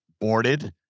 boarded